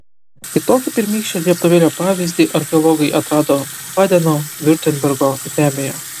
kitokį pirmykščio žiebtuvėlio pavyzdį archeologai atrado badeno viurtembergo žemėje